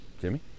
Jimmy